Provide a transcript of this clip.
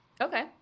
Okay